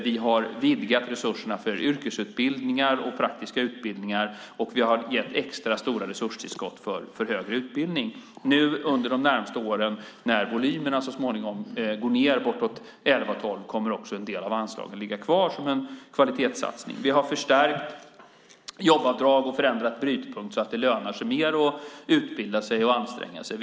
Vi har vidgat resurserna för yrkesutbildningar och praktiska utbildningar, och vi har gett extra stora resurstillskott till högre utbildning. Under de närmaste åren, när volymerna så småningom går ned, bortåt 2011 och 2012, kommer också en del av anslagen att ligga kvar som en kvalitetssatsning. Vi har förstärkt jobbavdrag och förändrat brytpunkt så att det lönar sig mer att utbilda sig och anstränga sig.